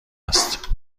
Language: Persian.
است